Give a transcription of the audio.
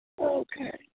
Okay